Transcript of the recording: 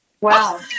Wow